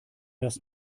das